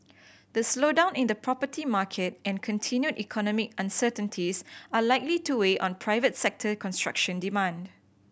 the slowdown in the property market and continued economic uncertainties are likely to weigh on private sector construction demand